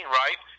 right